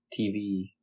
TV